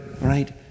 right